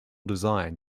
design